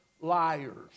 liars